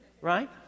right